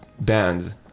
bands